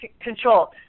control